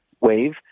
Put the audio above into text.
wave